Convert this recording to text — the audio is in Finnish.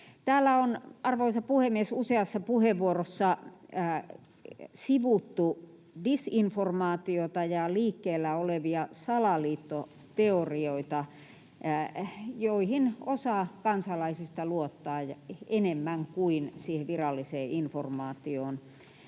Täällä on, arvoisa puhemies, useassa puheenvuorossa sivuttu disinformaatiota ja liikkeellä olevia salaliittoteorioita, joihin osa kansalaisista luottaa enemmän kuin siihen viralliseen informaation.